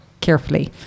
carefully